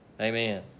Amen